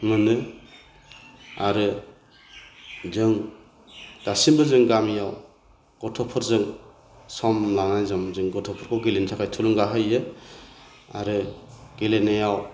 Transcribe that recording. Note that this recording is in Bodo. मोनो आरो जों दासिमबो जों जों गामियाव गथ'फोरजों सम लानानै जों जोंनि गथ'फोरखौ गेलेनो थाखाय थुलुंगा होयो आरो गेलेनायाव